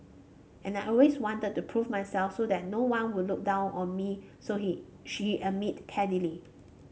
and I always wanted to prove myself so that no one would look down on me so he she admit candidly